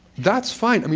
that's fine. i mean